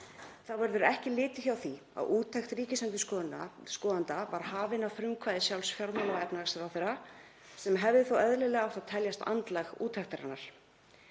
Þá verður ekki litið hjá því að úttekt ríkisendurskoðanda hófst að frumkvæði sjálfs fjármála- og efnahagsráðherra, sem hefði þó eðlilega átt að teljast andlag úttektarinnar.